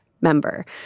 member